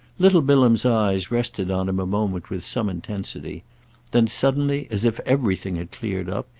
little bilham's eyes rested on him a moment with some intensity then suddenly, as if everything had cleared up,